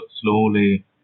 slowly